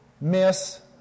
miss